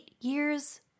years